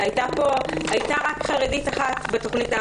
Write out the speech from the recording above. שהייתה בתוכנית האחרונה רק חרדית אחת.